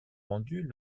rendue